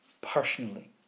personally